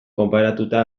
konparatuta